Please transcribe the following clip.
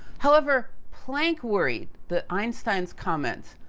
however, planck worried that einstein's comments,